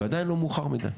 ועדיין לא מאוחר מדי.